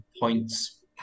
points